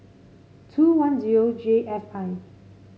two one zero J F I